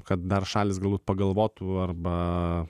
kad dar šalys gal pagalvotų arba